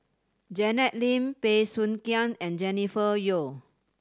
Janet Lim Bey Soo Khiang and Jennifer Yeo